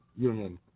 Union